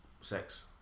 sex